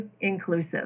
inclusive